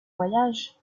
voyage